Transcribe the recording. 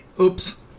Oops